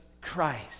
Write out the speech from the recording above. Christ